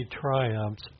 triumphs